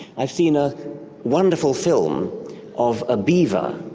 i've seen a wonderful film of a beaver,